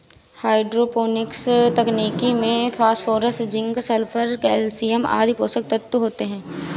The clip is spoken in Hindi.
हाइड्रोपोनिक्स तकनीक में फास्फोरस, जिंक, सल्फर, कैल्शयम आदि पोषक तत्व होते है